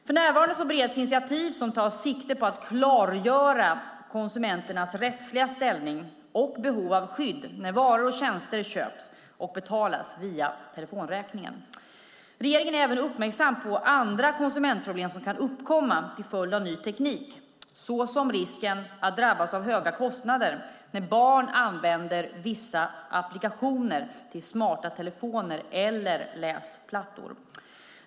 För närvarande bereds initiativ som tar sikte på att klargöra konsumenternas rättsliga ställning och behov av skydd när varor och tjänster köps och betalas via telefonräkningen. Regeringen är även uppmärksam på andra konsumentproblem som kan uppkomma till följd av ny teknik, såsom risken att drabbas av höga kostnader när barn använder vissa applikationer till smarta telefoner eller läsplattor.